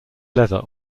leather